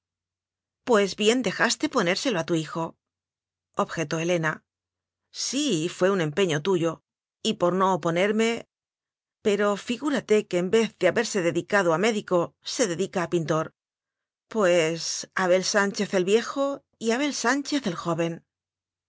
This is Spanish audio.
pues bien dejaste ponérselo a tu hijo objetó helena sí fué un empeño tuyo y por no opo nerme pero figúrate que en vez de haberse dedicado a médico se dedica a pintor pues abel sánchez el viejo y abel sán chez el joven